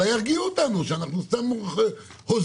אולי ירגיעו אותנו שאנחנו סתם הוזים,